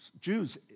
Jews